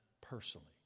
Personally